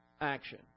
action